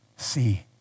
See